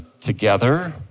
together